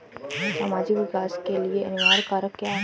सामाजिक विकास के लिए अनिवार्य कारक क्या है?